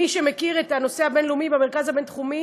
מי שמכיר את הנושא הבין-לאומי במרכז הבינתחומי